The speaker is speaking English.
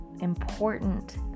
important